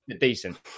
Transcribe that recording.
decent